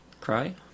Cry